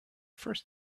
first